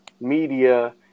media